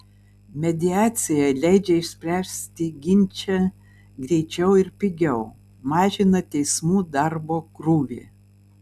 mediacija leidžia išspręsti ginčą greičiau ir pigiau mažina teismų darbo krūvį